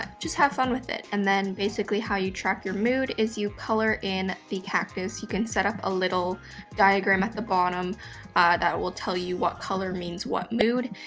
just have fun with it. and then basically how you track your mood is you color in the cactus. you can set up a little diagram at the bottom that will tell you what color means what mood,